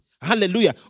hallelujah